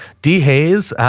d hayes,